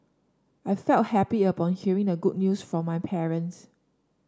I felt happy upon hearing the good news from my parents